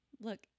look